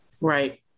Right